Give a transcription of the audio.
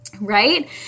right